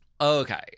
Okay